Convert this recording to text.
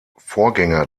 vorgänger